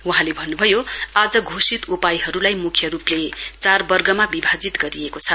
वहाँले भन्नू भयो आज घोषित उपायहरूलाई मुख्य रूपले चार वर्गमा विभाजित गरिएको छ